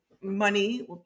money